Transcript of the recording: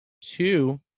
Two